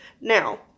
Now